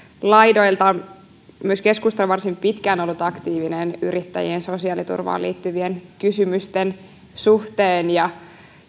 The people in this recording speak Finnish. laidoilta myös keskusta on varsin pitkään ollut aktiivinen yrittäjien sosiaaliturvaan liittyvien kysymysten suhteen ja